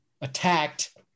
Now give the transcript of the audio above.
attacked